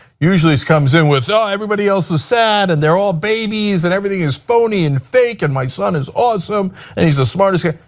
usually comes in with so everybody else's sad and they are all babies and everything is phony and bacon my son is awesome and he is the smartest guy.